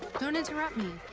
don't interrupt me.